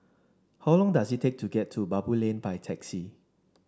how long does it take to get to Baboo Lane by taxi